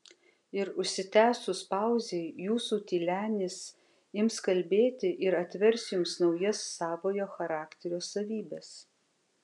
ir užsitęsus pauzei jūsų tylenis ims kalbėti ir atvers jums naujas savojo charakterio savybes